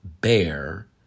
bear